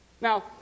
Now